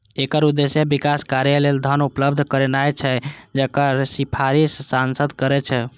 एकर उद्देश्य विकास कार्य लेल धन उपलब्ध करेनाय छै, जकर सिफारिश सांसद करै छै